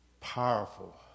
powerful